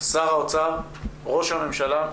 שר האוצר וראש הממשלה,